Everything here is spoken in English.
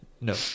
No